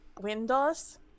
windows